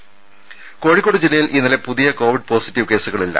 ടെട കോഴിക്കോട് ജില്ലയിൽ ഇന്നലെ പുതിയ കോവിഡ് പോസിറ്റീവ് കേസുകളില്ല